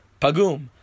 pagum